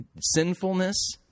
sinfulness